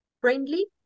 Friendly